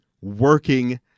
working